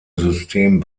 system